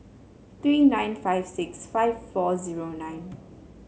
three nine five six five four zero nine